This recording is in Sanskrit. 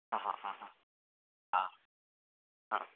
ह ह ह ह ह ह